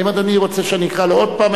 האם אדוני רוצה שאקרא לו עוד פעם?